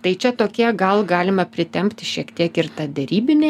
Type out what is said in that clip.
tai čia tokie gal galima pritempti šiek tiek ir tą derybinį